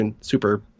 super